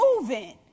moving